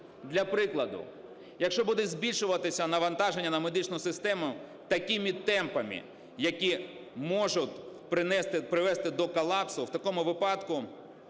Для прикладу, якщо буде збільшуватися навантаження на медичну систему такими темпами, які можуть привезти до колапсу, в такому випадку